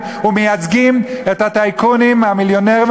ומייצגות את הטייקונים המיליונרים,